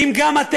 אם אתה מוותר,